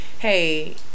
Hey